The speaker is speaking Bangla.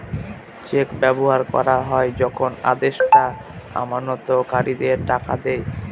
চেক ব্যবহার করা হয় যখন আদেষ্টা আমানতকারীদের টাকা দেয়